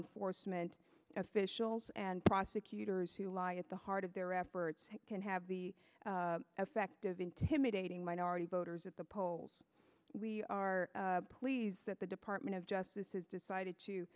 enforcement officials and prosecutors who lie at the heart of their efforts can have the effect of intimidating minority voters at the polls we are pleased that the department of justice has decided to